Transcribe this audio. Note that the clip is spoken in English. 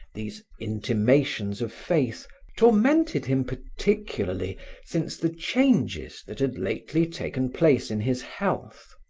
these intimations of faith tormented him particularly since the changes that had lately taken place in his health.